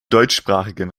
deutschsprachigen